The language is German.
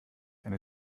eine